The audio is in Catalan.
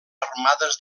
armades